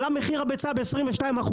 מחיר הביצה עלה ב-22%,